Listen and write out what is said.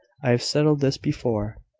i have settled this before.